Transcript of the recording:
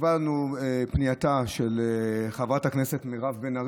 חשובה לנו פנייתה של חברת הכנסת מירב בן ארי.